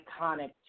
iconic